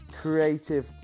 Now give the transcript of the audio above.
creative